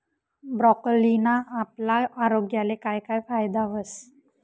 ब्रोकोलीना आपला आरोग्यले काय काय फायदा व्हस